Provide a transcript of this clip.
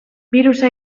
birusa